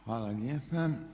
Hvala lijepa.